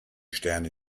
sterne